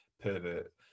pervert